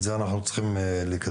את זה אנחנו צריכים לקדם.